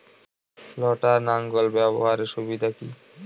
লটার লাঙ্গল ব্যবহারের সুবিধা কি?